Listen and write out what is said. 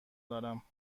دارم